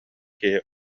киһи